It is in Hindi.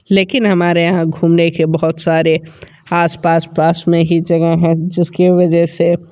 लेकिन हमारे यहाँ घूमने के बहुत सारे आस पास पास में ही जगह है जिसकी वजह से